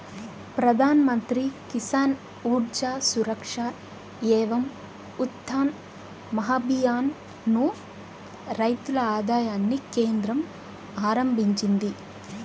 ప్రధాన్ మంత్రి కిసాన్ ఊర్జా సురక్ష ఏవం ఉత్థాన్ మహాభియాన్ ను రైతుల ఆదాయాన్ని కేంద్రం ఆరంభించింది